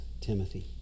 Timothy